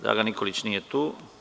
Dragan Nikolić nije tu.